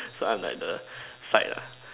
so I'm like the side lah